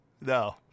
No